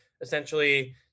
essentially